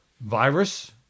virus